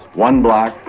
one black,